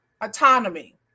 autonomy